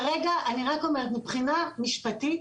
אני כרגע אומרת מבחינה משפטית,